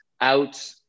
out